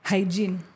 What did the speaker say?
Hygiene